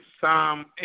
Psalm